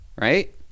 right